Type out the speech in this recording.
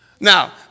Now